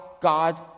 God